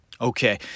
Okay